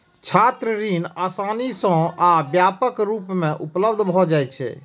छात्र ऋण आसानी सं आ व्यापक रूप मे उपलब्ध भए जाइ छै